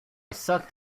sucked